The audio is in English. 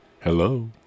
Hello